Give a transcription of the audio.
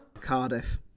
Cardiff